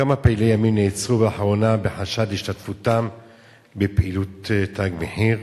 1. כמה פעילי ימין נעצרו לאחרונה בחשד להשתתפותם בפעילות "תג מחיר"?